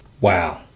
Wow